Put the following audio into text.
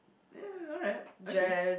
ya alright okay